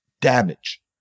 damage